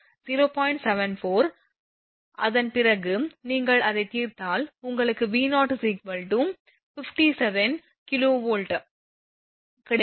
74 அதன் பிறகு நீங்கள் அதைத் தீர்த்தால் உங்களுக்கு V0 57 𝑘𝑉 கிடைக்கும்